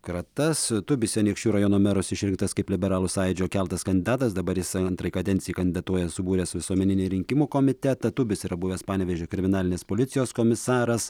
kratas tubis anykščių rajono meras išrinktas kaip liberalų sąjūdžio keltas kandidatas dabar jisai antrai kadencijai kandidatuoja subūręs visuomeninį rinkimų komitetą tubis yra buvęs panevėžio kriminalinės policijos komisaras